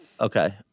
Okay